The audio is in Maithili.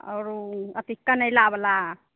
आओर कनैल बाला